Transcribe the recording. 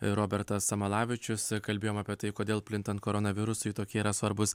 robertas samalavičius kalbėjom apie tai kodėl plintant koronavirusui tokie yra svarbus